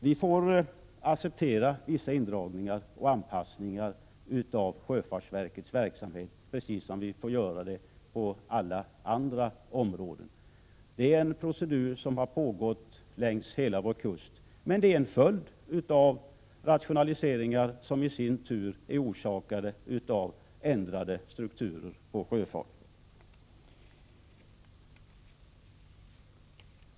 Vi får acceptera vissa indragningar och viss anpassning av sjöfartsverkets verksamhet precis som vi får acceptera motsvarande åtgärder på alla andra områden. Det är en procedur som har pågått längs hela vår kust, och det är en följd av rationaliseringar som i sin tur är orsakade av ändrad struktur på sjöfarten.